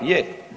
Je.